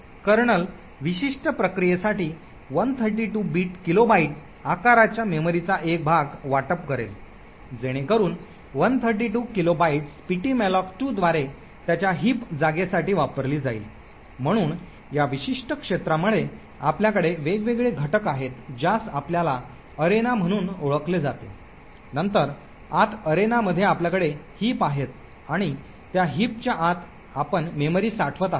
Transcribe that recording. colonel विशिष्ट प्रक्रियेसाठी 132 kilobyte आकाराच्या मेमरीचा एक भाग वाटप करेल जेणेकरून 132 किलोबाइट्स ptmalloc2 द्वारे त्याच्या हिप जागेसाठी वापरली जाईल म्हणून या विशिष्ट क्षेत्रामध्ये आपल्याकडे वेगवेगळे घटक आहेत ज्यास आपल्याला अरेना म्हणून ओळखले जाते नंतर आत अरेना मध्ये आपल्याकडे हिप आहेत आणि त्या हिप च्या आत आपण मेमरी साठवत आहोत